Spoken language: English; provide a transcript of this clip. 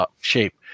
shape